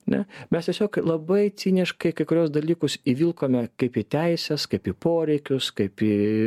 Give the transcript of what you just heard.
ne mes tiesiog labai ciniškai kai kuriuos dalykus įvilkome kaip į teises kaip į poreikius kaip į